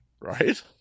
Right